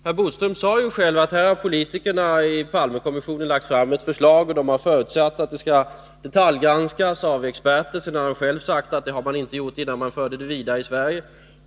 Herr Bodström sade ju själv att här har politikerna i Palmekommissionen lagt fram ett förslag, och de har förutsatt att det skall detaljgranskas av experter. Herr Bodström har också sagt att så inte skett innan förslaget fördes vidare i Sverige.